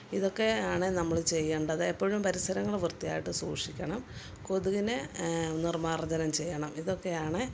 ഇതൊക്കെയാണ് നമ്മൾ ചെയ്യേണ്ടത് എപ്പഴും പരിസരങ്ങൾ വൃത്തിയായിട്ട് സൂക്ഷിക്കണം കൊതുകിനെ നിർമാർജ്ജനം ചെയ്യണം ഇതൊക്കെയാണ്